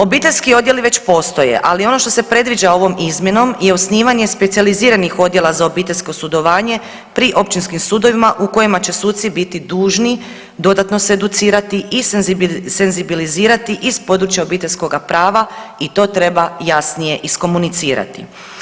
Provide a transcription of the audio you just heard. Obiteljski odjeli već postoje, ali ono što se predviđa ovom izmjenom je osnivanje specijaliziranih odjela za obiteljsko sudovanje pri općinskim sudovima u kojima će suci biti dužni dodatno se educirati i senzibilizirati iz područja obiteljskoga prava i to treba jasnije iskomunicirati.